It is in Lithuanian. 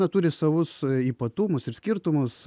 na turi savus ypatumus ir skirtumus